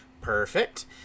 Perfect